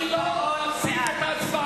אני מבקש להפסיק את ההצבעה.